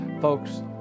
Folks